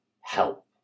help